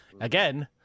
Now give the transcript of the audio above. again